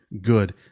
good